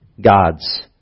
gods